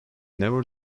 never